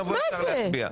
נבוא ישר להצביע.